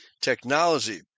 technology